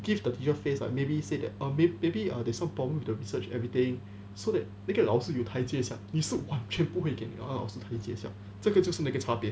give the teacher face like may be say that maybe err mm there's some problem the research everything so that 那个老师有台阶下你是完全不会给那个老师台阶下这就是那个差别